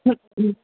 हूं हूं